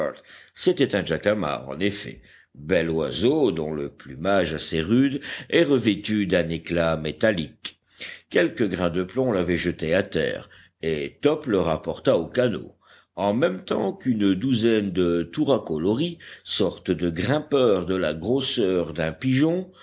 c'était un jacamar en effet bel oiseau dont le plumage assez rude est revêtu d'un éclat métallique quelques grains de plomb l'avaient jeté à terre et top le rapporta au canot en même temps qu'une douzaine de touracos loris sortes de grimpeurs de la grosseur d'un pigeon